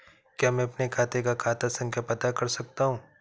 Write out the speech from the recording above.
क्या मैं अपने खाते का खाता संख्या पता कर सकता हूँ?